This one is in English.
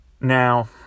Now